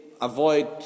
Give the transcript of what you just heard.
avoid